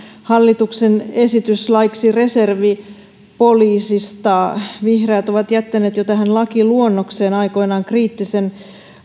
hallituksen esitys laiksi reservipoliisista vihreät ovat jättäneet jo tähän lakiluonnokseen aikoinaan kriittisen